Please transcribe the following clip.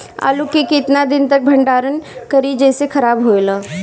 आलू के केतना दिन तक भंडारण करी जेसे खराब होएला?